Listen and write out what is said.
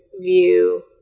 view